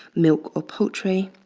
milk or poultry.